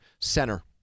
center